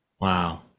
Wow